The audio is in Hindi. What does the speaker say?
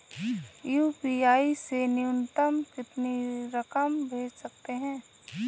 यू.पी.आई से न्यूनतम कितनी रकम भेज सकते हैं?